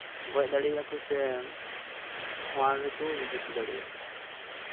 ᱜᱚᱡ ᱫᱟᱲᱮᱣᱟᱭᱟᱠᱚ ᱥᱮ ᱠᱷᱳᱣᱟᱲ ᱨᱮᱠᱚ ᱤᱫᱤ ᱦᱚᱴᱚ ᱫᱟᱲᱮᱣᱟᱭᱟ